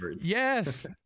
Yes